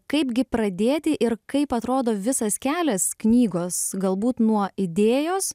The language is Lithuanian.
kaipgi pradėti ir kaip atrodo visas kelias knygos galbūt nuo idėjos